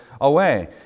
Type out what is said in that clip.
away